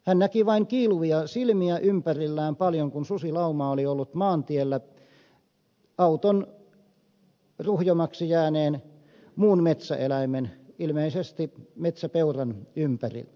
hän näki vain kiiluvia silmiä ympärillään paljon kun susilauma oli ollut maantiellä auton ruhjomaksi jääneen muun metsäeläimen ilmeisesti metsäpeuran ympärillä